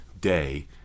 day